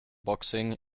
boxing